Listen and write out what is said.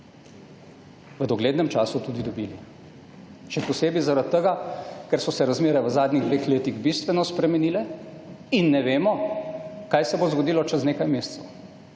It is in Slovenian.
v doglednem času tudi dobili. Še posebej zaradi tega, ker so se razmere v zadnjih dveh letih bistveno spremenile in ne vemo kaj se bo zgodilo čez nekaj mesecev.